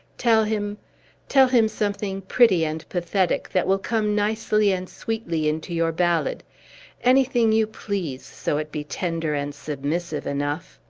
tell him tell him something pretty and pathetic, that will come nicely and sweetly into your ballad anything you please, so it be tender and submissive enough.